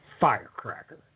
firecracker